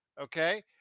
Okay